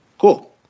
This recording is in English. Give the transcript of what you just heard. Cool